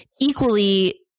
Equally